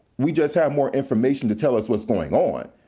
we just have more information to tell us what's going on.